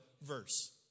verse